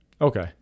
Okay